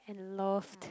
and lost